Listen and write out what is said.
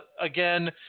again